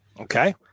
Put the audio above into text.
Okay